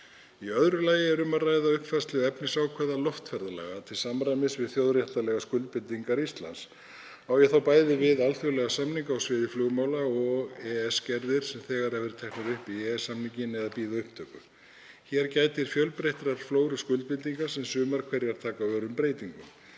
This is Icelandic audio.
Í öðru lagi er um að ræða uppfærslu efnisákvæða loftferðalaga til samræmis við þjóðréttarlegar skuldbindingar Íslands. Á ég þá bæði við alþjóðlega samninga á sviði flugmála og EES-gerðir sem þegar hafa verið teknar upp í EES-samninginn eða bíða upptöku. Hér gætir fjölbreyttrar flóru skuldbindinga sem sumar hverjar taka örum breytingum.